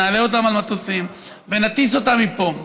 נעלה אותם על מטוסים ונטיס אותם מפה.